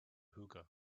hookah